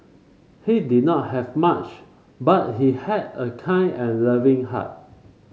he did not have much but he had a kind and loving heart